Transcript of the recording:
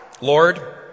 Lord